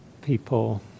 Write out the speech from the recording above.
people